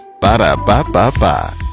Ba-da-ba-ba-ba